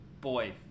Boy